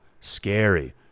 scary